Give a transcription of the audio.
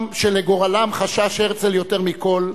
שלגורלם חשש הרצל יותר מכול,